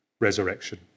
resurrection